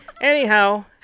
Anyhow